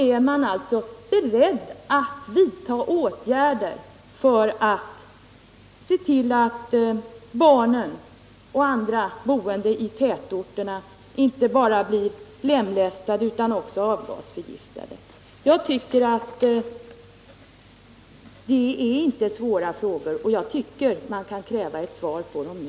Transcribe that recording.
Är man alltså beredd att vidta åtgärder för att hindra att barnen och andra boende i tätorterna blir lemlästade och dessutom avgasförgiftade? Jag tycker inte att det är svåra frågor, och jag tycker att man kan kräva ett svar på dem nu.